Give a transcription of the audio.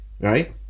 right